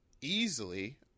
easily